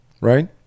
right